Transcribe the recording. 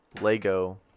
Lego